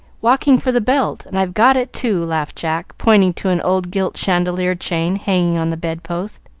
walking for the belt, and i've got it too, laughed jack, pointing to an old gilt chandelier chain hanging on the bedpost.